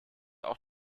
auch